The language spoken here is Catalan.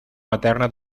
materna